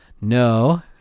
No